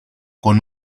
con